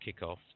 kickoff